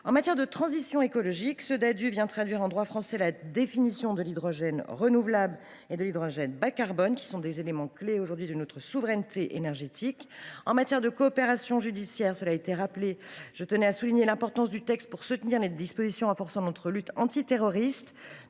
En matière de transition écologique, ce Ddadue traduit en droit français la définition de l’hydrogène renouvelable et de l’hydrogène bas carbone, éléments clés de notre politique de souveraineté énergétique. En matière de coopération judiciaire, je tiens à souligner l’importance du texte pour soutenir les dispositions renforçant notre lutte antiterroriste.